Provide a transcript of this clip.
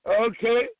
okay